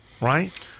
right